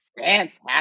Fantastic